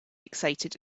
excited